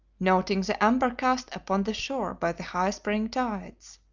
noting the amber cast upon the shore by the high spring tides.